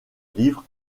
livres